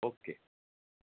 okay